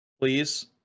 Please